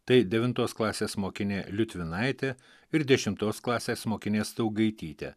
tai devintos klasės mokinė liutvinaitė ir dešimtos klasės mokinė staugaitytė